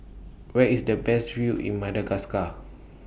Where IS The Best View in Madagascar